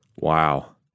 Wow